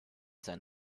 sein